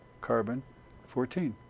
carbon-14